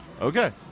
Okay